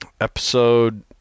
episode